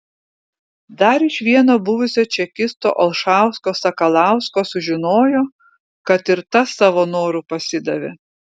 dar iš vieno buvusio čekisto olšausko sakalausko sužinojo kad ir tas savo noru pasidavė